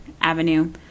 Avenue